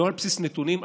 לא על בסיס נתונים,